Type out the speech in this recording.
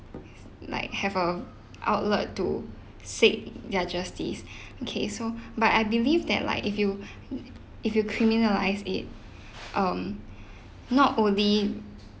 like have a outlet to seek their justice okay so but I believe that like if you if you criminalise it um not only